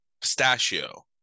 pistachio